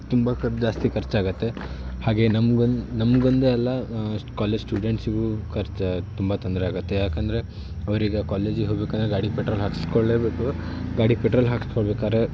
ತುಂಬ ಖರ್ಚು ಜಾಸ್ತಿ ಖರ್ಚಾಗುತ್ತೆ ಹಾಗೇ ನಮ್ಗೊಂದು ನಮಗೊಂದೇ ಅಲ್ಲ ಕಾಲೇಜ್ ಸ್ಟೂಡೆಂಟ್ಸಿಗೂ ಖರ್ಚು ತುಂಬ ತೊಂದರೆ ಆಗುತ್ತೆ ಯಾಕಂದರೆ ಅವರೀಗ ಕಾಲೇಜಿಗೆ ಹೋಗ್ಬೇಕಾದ್ರೆ ಗಾಡಿಗೆ ಪೆಟ್ರೋಲ್ ಹಾಕಿಸ್ಕೊಳ್ಲೇ ಬೇಕು ಗಾಡಿಗೆ ಪೆಟ್ರೋಲ್ ಹಾಕ್ಸ್ಕೋಬೇಕಾದ್ರೆ